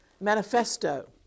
manifesto